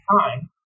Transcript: time